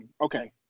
Okay